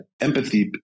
empathy